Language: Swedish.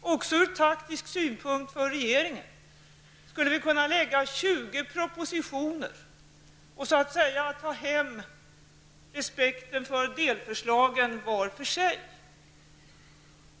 också sett ur taktisk synpunkt för regeringen, diskutera om detta är bra. Vi skulle kunna lägga fram 20 propositioner och så att säga ta hem respekten för delförslagen var för sig.